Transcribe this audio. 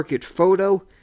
photo